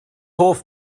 hoff